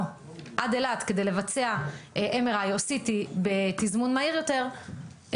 עד אילת כדי לבצע MRI או CT בתזמון מהיר יותר,